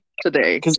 today